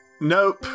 Nope